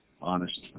Honest